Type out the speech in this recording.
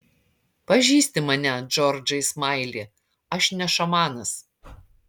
pažįsti mane džordžai smaili aš ne šamanas